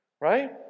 Right